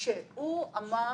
שהוא אמר